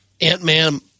Ant-Man